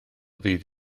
ddydd